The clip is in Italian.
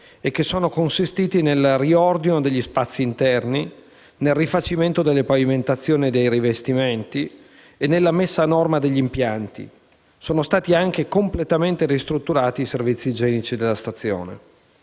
e che sono consistiti nel riordino degli spazi interni, nel rifacimento delle pavimentazioni e dei rivestimenti e nella messa a norma degli impianti; sono stati anche completamente ristrutturati i servizi igienici della stazione.